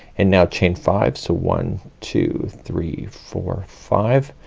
and now chain five. so one two three four five.